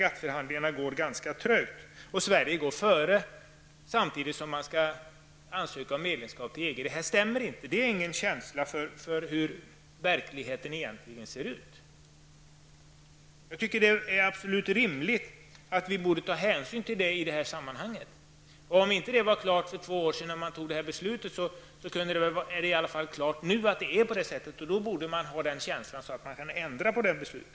GATT förhandlingarna går ju ganska trögt. Sverige går visserligen före. Men samtidigt skall vi ansöka om medlemskap i EG. Det finns ingen överensstämmelse här. Det finns alltså ingen känsla för hur verkligheten egentligen ser ut. Det är absolut rimligt att ta hänsyn till dessa saker i det här sammanhanget. Även om det inte rådde klarhet på den punkten för två år sedan då beslutet i fråga fattades, är det i alla fall nu klart hur det förhåller sig. Därför borde den rätta känslan finnas. Då skulle det gå att ändra på fattat beslut.